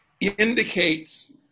indicates